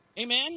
Amen